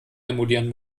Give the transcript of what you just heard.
emulieren